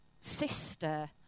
sister